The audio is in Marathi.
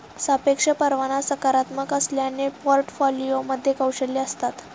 सापेक्ष परतावा सकारात्मक असल्याने पोर्टफोलिओमध्ये कौशल्ये असतात